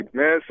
man